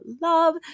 love